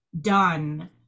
done